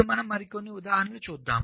మరికొన్ని ఉదాహరణలు చూద్దాం